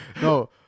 No